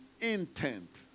intent